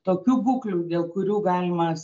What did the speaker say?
tokių būklių dėl kurių galimas